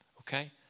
okay